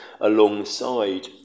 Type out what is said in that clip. alongside